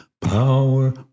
Power